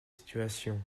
situations